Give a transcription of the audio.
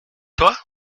toi